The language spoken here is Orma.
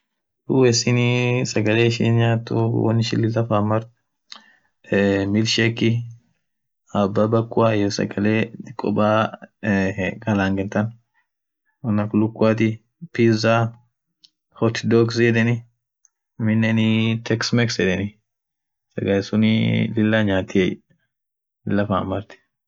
USA siniiii sagale ishin nyathu wonn ishin lila fan marthu ee milkshake ababakua iyo sagale dhiko baaa khalangen than won akaaa lukuathi pizza hot dogs yedheni take maste yedheni sagale suun lila nyathiye lila faan marthii